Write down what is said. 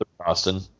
Austin